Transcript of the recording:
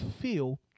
feel